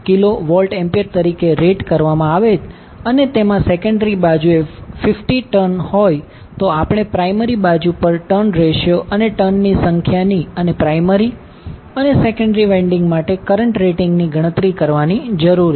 6 kVA તરીકે rate કરવામાં આવે અને તેમાં સેકન્ડરી બાજુએ 50 ટર્ન હોય તો આપણે પ્રાયમરી બાજુ પર ટર્ન રેશિયો અને ટર્નની સંખ્યાની અને પ્રાયમરી અને સેકન્ડરી વાઇન્ડીંગ માટે કરંટ રેટિંગ ની ગણતરી કરવાની જરૂર છે